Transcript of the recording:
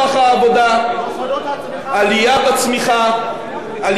עלייה בצמיחה ועלייה בהשקעות.